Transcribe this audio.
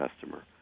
customer